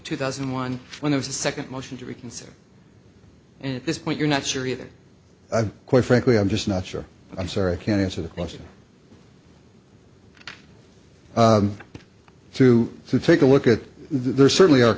two thousand and one one of the second motion to reconsider and at this point you're not sure either i'm quite frankly i'm just not sure i'm sorry i can't answer the question through to take a look at there certainly are